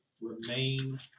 remain